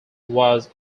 was